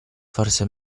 forse